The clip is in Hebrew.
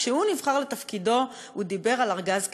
כשהוא נבחר לתפקידו הוא דיבר על ארגז כלים,